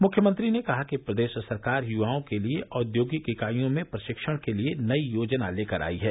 मुख्यमंत्री ने कहा कि प्रदेश सरकार युवाओं के लिए औद्योगिक इकाइयों में प्रशिक्षण के लिए नयी योजना लेकर आयी है